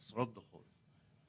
עשרות דוחות.